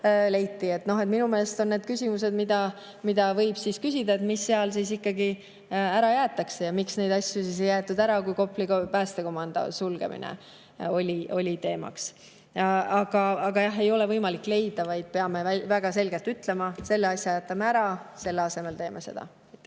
Minu meelest need on küsimused, mida võib küsida, et mis siis ikkagi ära jäetakse. Ja miks neid asju siis ei jäetud ära, kui Kopli päästekomando sulgemine oli teemaks? Aga jah, ei ole võimalik [raha] leida, vaid me peame väga selgelt ütlema, et selle asja jätame ära ja selle asemel teeme seda.